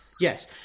Yes